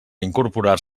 incorporar